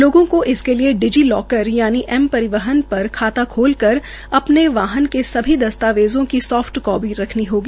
लोगो को इसके लिए डिजीलॉकर यानि एम परिवहन पर खाता खोलकर अपने वाहन के सभी दस्तावेज़ो की सोफ्ट कापी रखनी होगी